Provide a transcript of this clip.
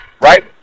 right